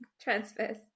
transfers